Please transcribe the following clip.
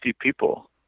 people